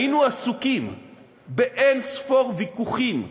היינו עסוקים באין-ספור ויכוחים,